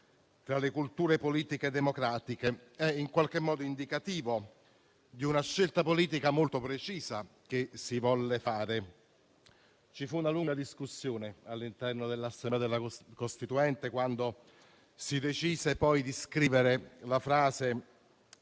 tra le culture politiche democratiche, è in qualche modo indicativo di una scelta politica molto precisa che si volle fare. Ci fu una lunga discussione all'interno dell'Assemblea costituente, quando si decise poi di scrivere la frase